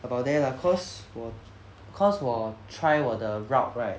about there lah cause 我 cause 我 try 我的 route right